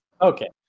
Okay